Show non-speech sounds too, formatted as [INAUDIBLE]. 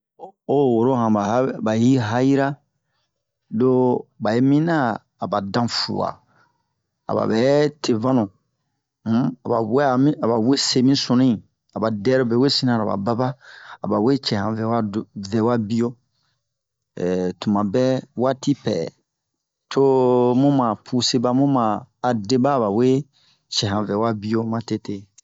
O woro hanɓa habe- ɓa hi- ɓa hayira lo ɓa yi miniɲan aɓa dan fuwa aɓaɓɛ te vannu um aɓa we'a mi aɓa wese mi sunnu'in aba dɛrobe wesin aɓa baba aɓa we cɛ han vɛwa do vɛwa biyo [HESITATION] tumabɛ waati pɛɛ to homu ma puse ɓa muma deɓa aɓa we cɛ han vɛwa biyo matete ́ [NOISE]